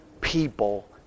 people